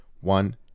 One